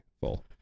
Full